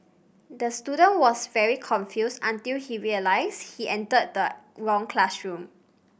the student was very confused until he realised he entered the wrong classroom